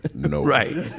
know, right